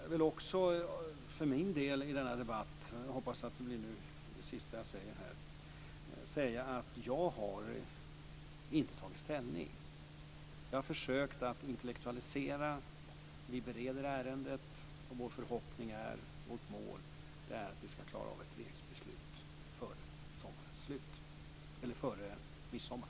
Det skulle vara lönsamt. För egen del vill jag säga - jag hoppas att detta blir det sista jag säger här - att jag inte har tagit ställning. Jag har försökt att intellektualisera frågan. Vi bereder ärendet, och vår förhoppning och vårt mål är att vi ska klara att fatta ett regeringsbeslut före midsommar.